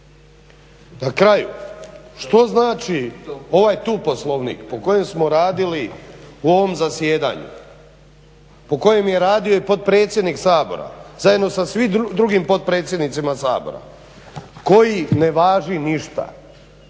Na kraju, što znači ovaj tu Poslovnik po kojem smo radili u ovom zasjedanju? Po kojem je radio i potpredsjednik Sabora zajedno sa svim drugim potpredsjednicima Sabora koji ne važi ništa,